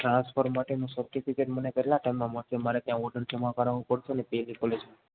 transfer માટેનું certificate મને કેટલા ટાઈમમાં મળશે મારે ત્યાં ઓર્ડર જમા કરાવવાનું પડસે ને પી એચ ડી કોલેજમાં